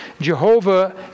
Jehovah